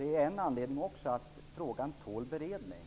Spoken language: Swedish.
Det är också en anledning till att frågan tål beredning.